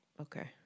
okay